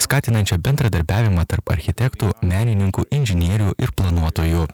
skatinančią bendradarbiavimą tarp architektų menininkų inžinierių ir planuotojų